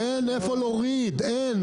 אין איפה להוריד, אין.